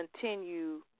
continue